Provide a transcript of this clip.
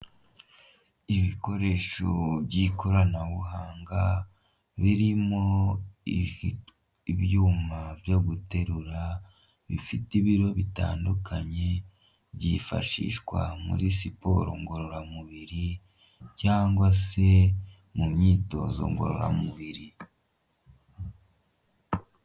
Ibikoresho by'ikoranabuhanga birimo ibyuma byo guterura bifite ibiro bitandukanye byifashishwa muri siporo ngororamubiri cyangwa se mu myitozo ngororamubiri.